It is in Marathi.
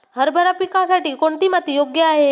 हरभरा पिकासाठी कोणती माती योग्य आहे?